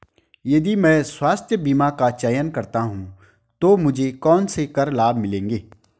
यदि मैं स्वास्थ्य बीमा का चयन करता हूँ तो मुझे कौन से कर लाभ मिलेंगे?